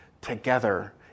Together